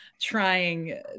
trying